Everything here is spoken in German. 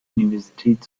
universität